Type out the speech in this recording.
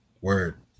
Word